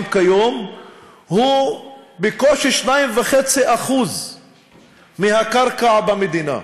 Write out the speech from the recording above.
כיום הוא בקושי 2.5% מהקרקע במדינה.